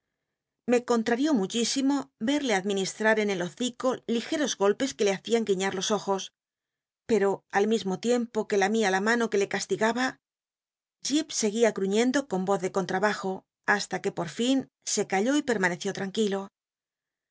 le contrarió muchísimo edc administrar en el hocico ligeros golpes que le hacían gu iñar los ojos pero al mismo tiempo que lamia la mano que le castigaba jip seguía gruíiendo con oz de contrabajo hasta que porlin se calló y permaneció tranquilo